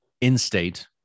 in-state